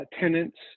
tenants